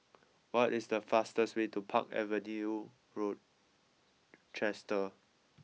what is the fastest way to Park Avenue Rochester